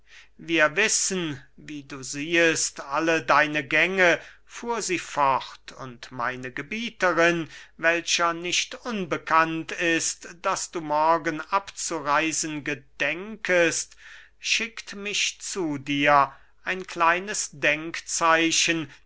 wir wissen wie du siehest alle deine gänge fuhr sie fort und meine gebieterin welcher nicht unbekannt ist daß du morgen abzureisen gedenkest schickt mich zu dir ein kleines